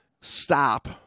stop